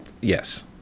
Yes